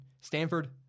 Stanford